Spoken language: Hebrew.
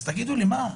אז תגידו לי מה?